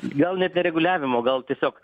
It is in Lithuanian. gal net ne reguliavimo gal tiesiog